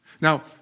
Now